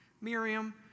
Miriam